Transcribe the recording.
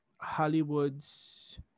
Hollywood's